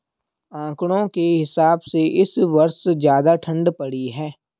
आंकड़ों के हिसाब से इस वर्ष ज्यादा ठण्ड पड़ी है